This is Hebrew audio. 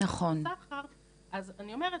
אז אני אומרת,